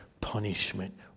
punishment